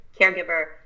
caregiver